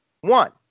One